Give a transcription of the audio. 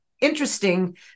Interesting